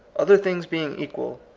other things being equal,